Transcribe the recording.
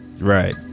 Right